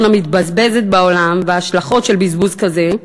המתבזבזת בעולם ובהשלכות של בזבוז כזה,